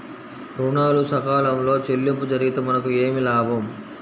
ఋణాలు సకాలంలో చెల్లింపు జరిగితే మనకు ఏమి లాభం?